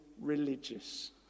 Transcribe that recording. religious